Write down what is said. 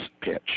pitch